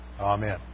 Amen